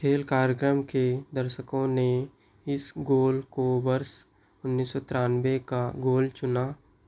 खेल कार्यक्रम के दर्शकों ने इस गोल को वर्ष उन्नीस सौ तिरानबे का गोल चुना